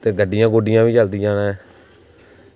ते गड्डियां बी चलदियां न